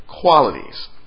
qualities